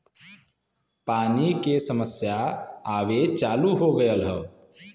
पानी के समस्या आवे चालू हो गयल हौ